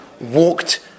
walked